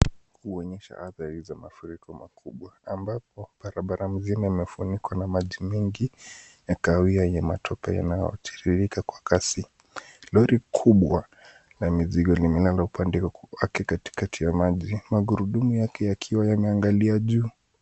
Kuonyesha athari za mafuriko makubwa ambapo barabara mzima imefunikwa na maji mingi ya kahawia yenye matope yanayotiririka kwa kasi. Lori kubwa la mizigo limelala upande wake katikati ya maji, magurudumu yake yakiwa yameangalia juu.